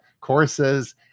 courses